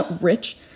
rich